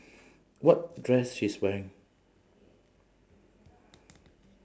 what dress she's wearing